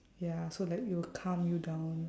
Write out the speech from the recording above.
ya so like it will calm you down